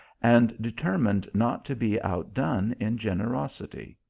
and determined not to be outdone in generosity.